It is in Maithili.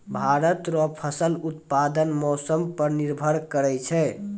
भारत रो फसल उत्पादन मौसम पर निर्भर करै छै